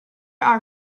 are